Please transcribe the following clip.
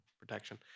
protection